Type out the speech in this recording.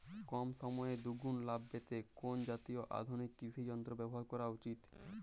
কম সময়ে দুগুন লাভ পেতে কোন জাতীয় আধুনিক কৃষি যন্ত্র ব্যবহার করা উচিৎ?